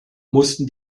mussten